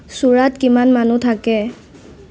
চুৰাট কিমান মানুহ থাকে